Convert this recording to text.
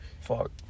Fuck